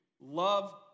love